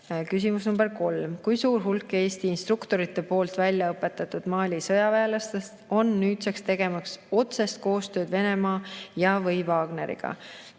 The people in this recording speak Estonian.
nr 3: "Kui suur hulk Eesti instruktorite poolt välja õpetatud Mali sõjaväelastest on nüüdseks tegemas otsest koostööd Venemaa ja/või Wagneriga?"